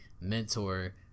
mentor